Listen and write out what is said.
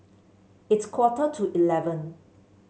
its quarter to eleven